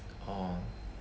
orh